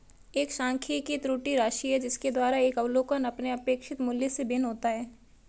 एक सांख्यिकी त्रुटि राशि है जिसके द्वारा एक अवलोकन अपने अपेक्षित मूल्य से भिन्न होता है